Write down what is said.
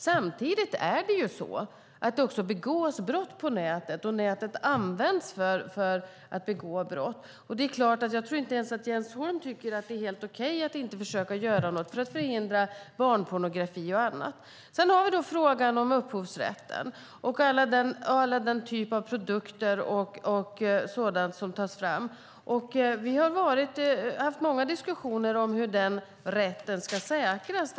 Samtidigt är det så att det också begås brott på nätet, och nätet används för att begå brott. Jag tror inte att Jens Holm tycker att det är helt okej att inte försöka göra något för att förhindra barnpornografi och annat. Sedan har vi frågan om upphovsrätten och alla de typer av produkter som tas fram. Vi har haft många diskussioner om hur den rätten ska säkras.